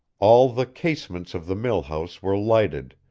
all the casements of the mill-house were lighted,